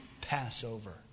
Passover